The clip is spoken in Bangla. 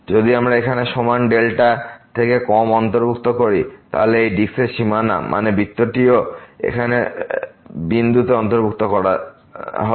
যদি আমরা এখানে সমান থেকে কম অন্তর্ভুক্ত করি তাহলে এই ডিস্কের সীমানা মানে বৃত্তটিও এখানে বিন্দুতে অন্তর্ভুক্ত করা হবে